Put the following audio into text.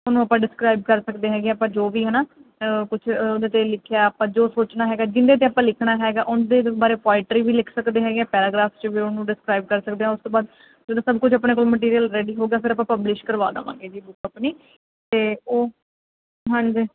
ਉਹਨੂੰ ਆਪਾਂ ਡਿਸਕ੍ਰਾਈਬ ਕਰ ਸਕਦੇ ਹੈਗੇ ਆਪਾਂ ਜੋ ਵੀ ਹੈ ਨਾ ਕੁਛ ਉਹਦੇ 'ਤੇ ਲਿਖਿਆ ਆਪਾਂ ਜੋ ਸੋਚਣਾ ਹੈਗਾ ਜਿਹਦੇ 'ਤੇ ਆਪਾਂ ਲਿਖਣਾ ਹੈਗਾ ਉਹਦੇ ਬਾਰੇ ਪੋਇਟਰੀ ਵੀ ਲਿਖ ਸਕਦੇ ਹੈਗੇ ਪੈਰਾਗਰਾਫ 'ਚ ਵੀ ਉਹਨੂੰ ਡਿਸਕ੍ਰਾਈਬ ਕਰ ਸਕਦੇ ਹਾਂ ਉਸ ਤੋਂ ਬਾਅਦ ਜਦੋਂ ਸਭ ਕੁਝ ਆਪਣੇ ਕੋਲ ਮਟੀਰੀਅਲ ਰੈਡੀ ਹੋ ਗਿਆ ਫਿਰ ਆਪਾਂ ਪਬਲਿਸ਼ ਕਰਵਾ ਦੇਵਾਂਗੇ ਜੀ ਬੁੱਕ ਆਪਣੀ ਅਤੇ ਉਹ ਹਾਂਜੀ